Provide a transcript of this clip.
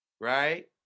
right